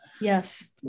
yes